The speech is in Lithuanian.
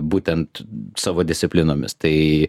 būtent savo disciplinomis tai